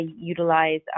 utilize